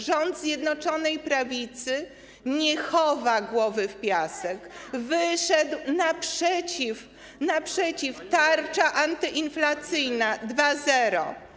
Rząd Zjednoczonej Prawicy nie chowa głowy w piasek, wyszedł naprzeciw - tarcza antyinflacyjna 2.0.